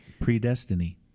predestiny